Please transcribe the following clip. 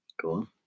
Cool